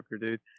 dude